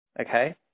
okay